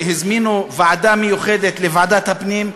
הזמינו ועדה מיוחדת לוועדת הפנים.